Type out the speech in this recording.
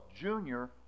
Junior